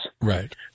Right